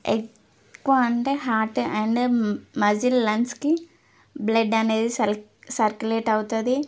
ఎక్కువ అంటే heart and muscle లంగ్స్కి బ్లడ్ అనేది సల్ సర్క్యులేట్ అవుతుంది